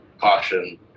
caution